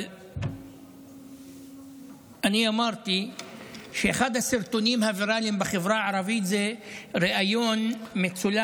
אבל אני אמרתי שאחד הסרטונים הוויראליים בחברה הערבית זה ריאיון מצולם